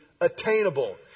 attainable